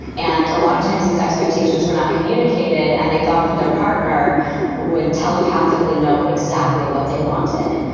and a lot of times these expectations were not communicated and they thought that their partner wouldn't telepathically know exactly what they wanted.